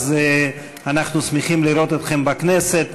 אז אנחנו שמחים לראות אתכם בכנסת,